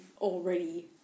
already